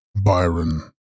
Byron